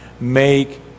Make